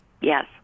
Yes